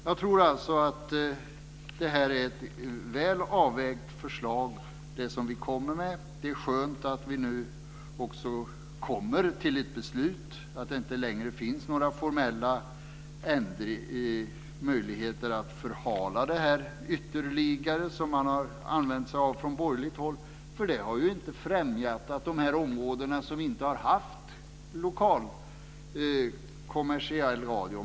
Jag tror alltså att det förslag vi kommer med är väl avvägt. Det är skönt att vi nu också kommer till ett beslut och att det inte längre finns några formella möjligheter att förhala detta ytterligare, som man har gjort från borgerligt håll, för det har inte främjat de områden som inte har haft kommersiell radio.